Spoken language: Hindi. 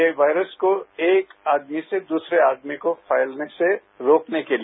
यह वायरस को एक आदमी से दूसरे आदमी को फैलने से रोकने को लिए